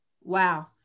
wow